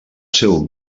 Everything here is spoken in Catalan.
seu